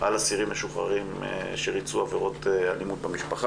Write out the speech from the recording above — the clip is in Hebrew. על אסירים משוחררים שריצו עבירות אלימות במשפחה.